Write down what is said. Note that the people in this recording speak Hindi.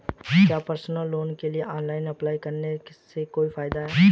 क्या पर्सनल लोन के लिए ऑनलाइन अप्लाई करने से कोई फायदा है?